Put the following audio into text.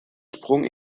sprung